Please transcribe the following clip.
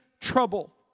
trouble